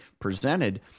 presented